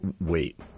Wait